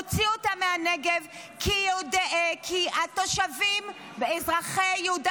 הוציאו אותה מהנגב כי התושבים אזרחי יהודה